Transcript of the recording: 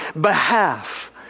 behalf